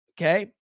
okay